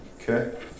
Okay